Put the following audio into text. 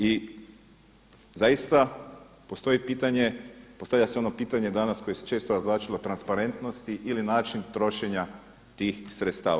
I zaista postoji pitanja, postavlja se ono pitanje danas koje se često razvlačilo o transparentnosti ili način trošenja tih sredstava.